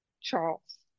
Charles